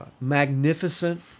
magnificent